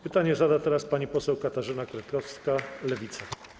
Pytanie zada teraz pani poseł Katarzyna Kretkowska, Lewica.